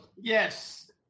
Yes